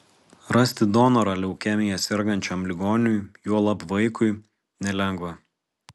rasti donorą leukemija sergančiam ligoniui juolab vaikui nelengva